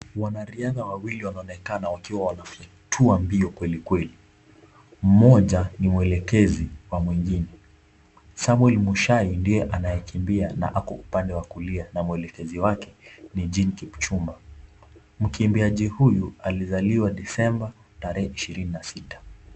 Wanariadha wawili wanaonekana wakiwa wanafyetuwa mbio kweli kweli, mmoja ni mwelekezi wa wengine, Samuel Muchai ndiye anayekimbia na ako upande wa kulia na mwelekezi wake ni Jim Kipchumba, mkimbiaji huyu alizaliwa Disemba tarehe ishirini na sita.